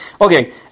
Okay